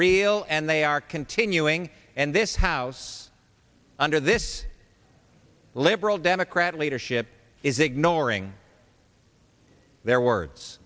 real and they are continuing and this house under this live democrat leadership is ignoring